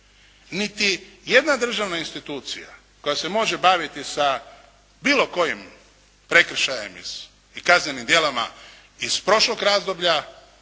Niti jedna državna institucija koja se može baviti sa bilo kojim prekršajem i kaznenim djelima iz prošlog razdoblja,